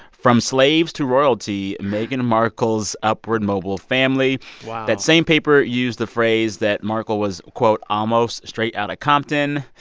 from slaves to royalty, meghan markle's upward mobile family wow that same paper used the phrase that markle was, quote, almost straight outta compton.